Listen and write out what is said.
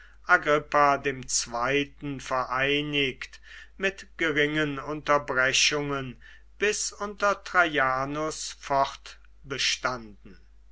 ii vereinigt mit geringen unterbrechungen bis unter traianus